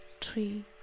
three